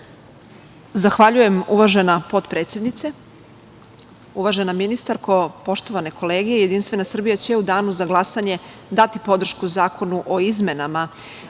Zahvaljujem, uvažena potpredsednice. Uvažena ministarko, poštovane kolege JS će u danu za glasanje dati podršku zakonu o izmenama